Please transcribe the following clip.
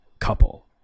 Couple